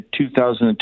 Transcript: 2002